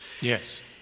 Yes